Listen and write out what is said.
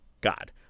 God